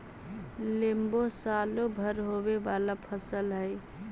लेम्बो सालो भर होवे वाला फसल हइ